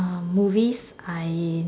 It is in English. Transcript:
uh movies I